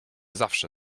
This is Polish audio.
zawsze